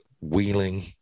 Wheeling